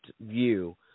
view